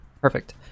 Perfect